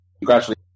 congratulations